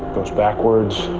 goes backwards,